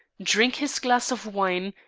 drink his glass of wine,